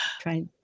try